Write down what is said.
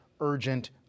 urgent